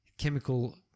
chemical